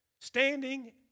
standing